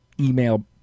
email